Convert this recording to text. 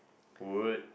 would